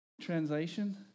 Translation